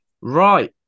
Right